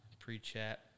pre-chat